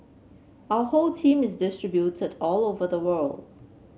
our whole team is distributed all over the world